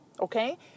Okay